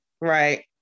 Right